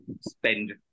spend